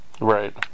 right